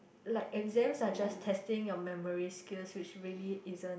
like exams are just testing your memory skills which really isn't